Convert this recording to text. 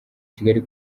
kigali